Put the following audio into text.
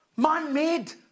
man-made